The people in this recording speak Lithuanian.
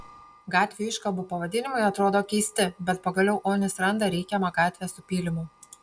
gatvių iškabų pavadinimai atrodo keisti bet pagaliau onis randa reikiamą gatvę su pylimu